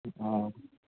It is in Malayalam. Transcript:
ആ